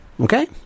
okay